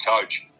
coach